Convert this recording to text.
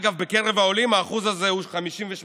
אגב, בקרב העולים האחוז הזה הוא 58%,